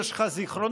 יש לך זיכרונות,